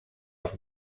els